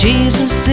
Jesus